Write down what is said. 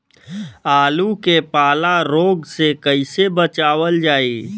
आलू के पाला रोग से कईसे बचावल जाई?